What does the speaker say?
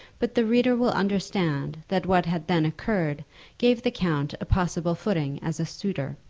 but the reader will understand that what had then occurred gave the count a possible footing as a suitor.